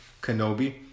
Kenobi